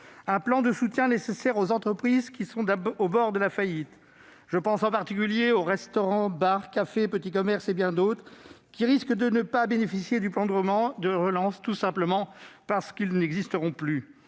Un plan de soutien est nécessaire pour les entreprises qui sont au bord de la faillite. Je pense, en particulier, aux restaurants, aux bars, aux cafés, aux petits commerces et à bien d'autres, qui risquent de ne pas bénéficier du plan de relance tout simplement parce qu'ils n'existeront plus.